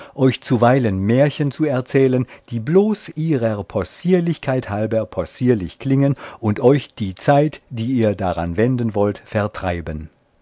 euch zuweilen märchen zu erzählen die bloß ihrer possierlichkeit halber possierlich klingen und euch die zeit die ihr daran wenden wollt vertreiben